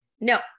No